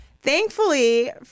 Thankfully